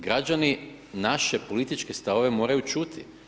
Građani naše političke stavove moraju čuti.